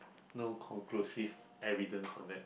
no conclusive evidence on that